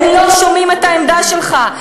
הם לא שומעים את העמדה שלך.